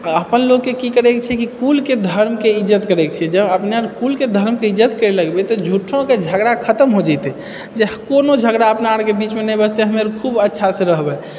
अपन लोगके की करैत छै कि कुलके धर्मके इज्जत करैत छिऐ जब अपने आर कुलके धर्मके इज्जत करे लगबै तऽ झूठोके झगड़ा खतम हो जेतै जे कोनो झगड़ा अपना आरके बीचमे नहि बचतै हमे आर खूब अच्छासँ रहबै